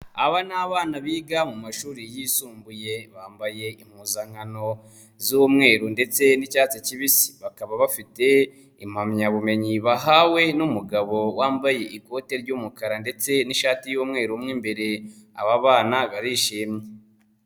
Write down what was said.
Aba ni abana biga mu mashuri yisumbuye bambaye impuzankano z'umweru ndetse n'icyatsi kibisi, bakaba bafite impamyabumenyi bahawe n'umugabo wambaye ikote ry'umukara ndetse n'ishati y'umweru umwe imbere. Aba bana barishimye.